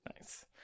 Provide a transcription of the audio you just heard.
nice